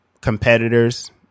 competitors